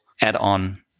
add-on